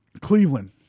Cleveland